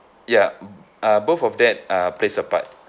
ya uh both of that uh plays a part